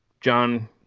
John